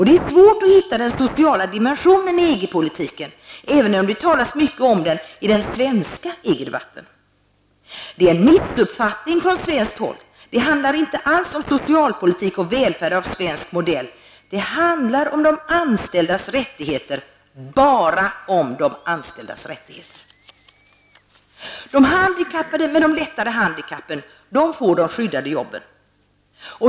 Det är svårt att hitta ''den sociala dimensionen'' i EG-politiken, även om det talas mycket om den i den svenska EG-debatten. Det är en missuppfattning från svenskt håll. Det handlar inte alls om socialpolitik och välfärd av svensk modell. Det handlar om de anställdas rättigheter, men bara om de anställdas rättigheter. De handikappade med de lättare handikappen får de skyddade jobben.